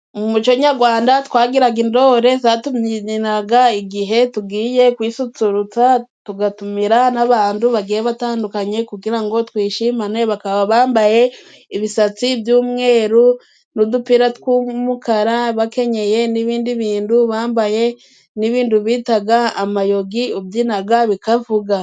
Mu muco nyagwanda twagiraga intore zatubyiniraga igihe tugiye kwisusurutsa, tugatumira n'abantu bagiye batandukanye kugira ngo twishimane. Bakaba bambaye ibisatsi by'umweru, n'udupira tw'umukara. Bakenyeye n'ibindi bindu, bambaye n'ibindu bitaga amayogi ubyina bikavuga.